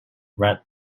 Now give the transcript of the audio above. red